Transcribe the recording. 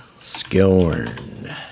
scorn